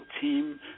team